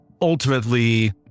ultimately